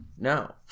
No